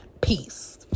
Peace